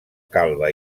calba